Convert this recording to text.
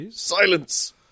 Silence